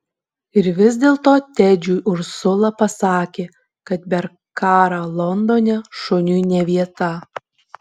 ir vis dėlto tedžiui ursula pasakė kad per karą londone šuniui ne vieta